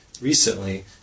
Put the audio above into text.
recently